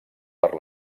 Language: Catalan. per